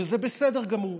וזה בסדר גמור.